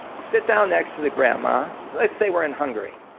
sit down next to the grandma. let's say we're in hungary,